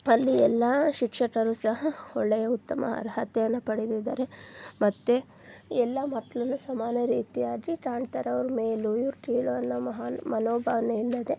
ಅಲ್ಲಿ ಎಲ್ಲ ಶಿಕ್ಷಕರು ಸಹ ಒಳ್ಳೆಯ ಉತ್ತಮ ಅರ್ಹತೆಯನ್ನು ಪಡೆದಿದ್ದಾರೆ ಮತ್ತು ಎಲ್ಲ ಮಕ್ಕಳನ್ನು ಸಮಾನ ರೀತಿಯಾಗಿ ಕಾಣ್ತಾರೆ ಅವ್ರು ಮೇಲು ಇವ್ರು ಕೀಳು ಅನ್ನೋ ಮಹಾನ್ ಮನೋಭಾವನೆ ಇಲ್ಲದೆ